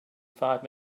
five